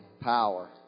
power